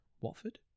Watford